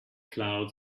clouds